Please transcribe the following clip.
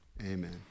Amen